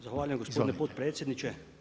Zahvaljujem gospodine potpredsjedniče.